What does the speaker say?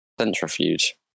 Centrifuge